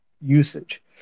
usage